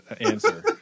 answer